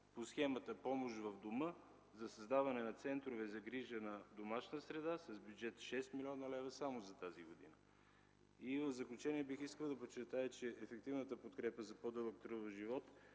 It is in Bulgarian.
по схемата „Помощ в дома”, за създаване на центрове за грижи в домашна среда с бюджет 6 млн. лв. само за тази година. В заключение искам да подчертая, че ефективната подкрепа „За по-дълъг трудов живот